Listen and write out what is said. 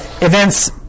events